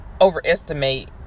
overestimate